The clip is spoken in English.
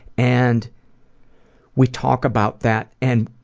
and we talk about that and